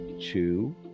two